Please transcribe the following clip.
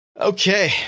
Okay